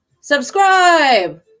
subscribe